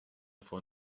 for